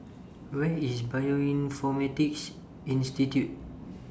Where IS Bioinformatics Institute